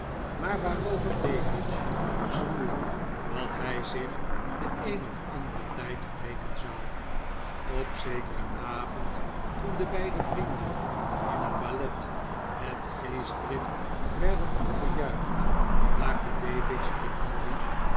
maar waarover davidge zwoer dat hij zich den een of anderen tijd wreken zou op zekeren avond toen de beide vrienden in een ballet met geestdrift werden toejuicht maakte davidge grimaldi